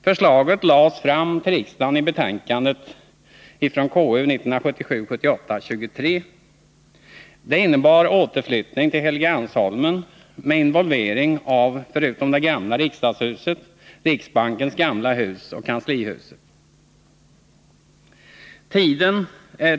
Förslaget lades fram till riksdagen i betänkandet från KU 1977/78:23. Det innebar återflyttning till Helgeandsholmen med involvering av, förutom det gamla riksdagshuset, riksbankens gamla hus och kanslihuset.